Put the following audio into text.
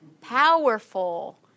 powerful